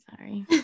sorry